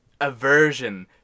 aversion